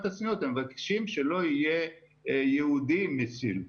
הצניעות הם מבקשים שלא יהיה יהודי מציל.